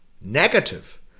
negative